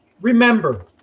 Remember